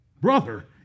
brother